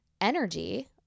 energy